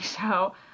show